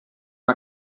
una